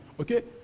Okay